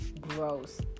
gross